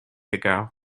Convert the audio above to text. ago